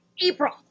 April